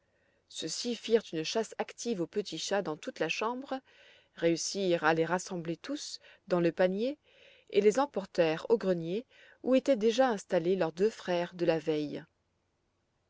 ceux-ci firent une chasse active aux petits chats dans toute la chambre réussirent à les rassembler tous dans le panier et les emportèrent au grenier où étaient déjà installés leurs deux frères de la veille